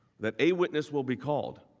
that a witness will be called